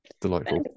Delightful